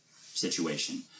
situation